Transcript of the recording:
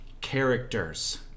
characters